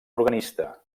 organista